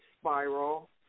spiral